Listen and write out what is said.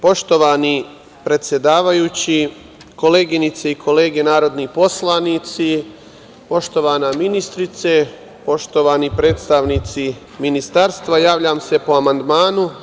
Poštovani predsedavajući, koleginice i kolege narodni poslanici, poštovana ministarko, poštovani predstavnici Ministarstva, javljam se po amandmanu.